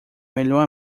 melhor